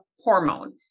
hormone